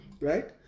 Right